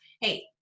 Hey